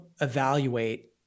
evaluate